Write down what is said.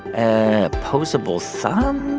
opposable so um